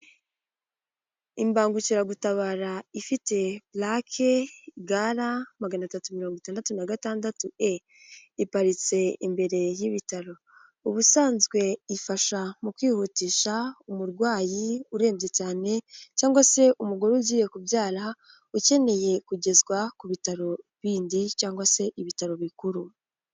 Imbangukiragutabara ifite purake, gara maganatatu mirongo itandatu na gatandatu e iparitse imbere y'ibitaro. Ubusanzwe ifasha mu kwihutisha umurwayi urembye cyane, cyangwa se umugore ugiye kubyara ukeneye kugezwa ku bitaro bindi cyangwa se ibitaro bikuru.